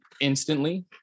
instantly